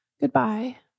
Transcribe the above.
Goodbye